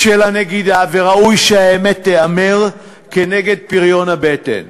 של הנגידה, וראוי שהאמת תיאמר, כנגד פריון הבטן,